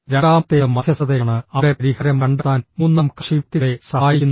രണ്ടാമത്തേത് മധ്യസ്ഥതയാണ് അവിടെ പരിഹാരം കണ്ടെത്താൻ മൂന്നാം കക്ഷി വ്യക്തികളെ സഹായിക്കുന്നു